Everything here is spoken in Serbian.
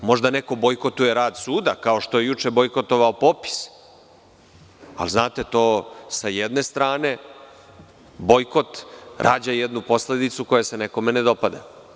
Možda neko bojkotuje rad sud, kao što je juče bojkotovao popis, ali to sa jedne strane, bojkot rađa jednu posledicu koja se nekome ne dopada.